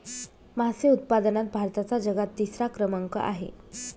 मासे उत्पादनात भारताचा जगात तिसरा क्रमांक आहे